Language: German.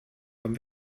haben